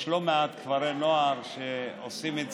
יש לא מעט כפרי נוער שעושים את זה.